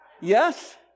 Yes